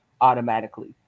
automatically